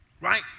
right